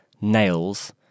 nails